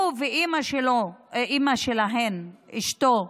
הוא ואימא שלהן, אשתו,